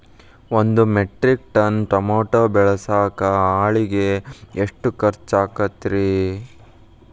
ಒಂದು metric ton tomato ಬೆಳಸಾಕ್ ಆಳಿಗೆ ಎಷ್ಟು ಖರ್ಚ್ ಆಕ್ಕೇತ್ರಿ?